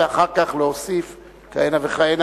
ואחר כך להוסיף כהנה וכהנה.